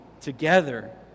together